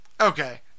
Okay